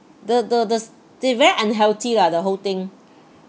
the the the they very unhealthy lah the whole thing